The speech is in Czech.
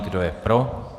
Kdo je pro?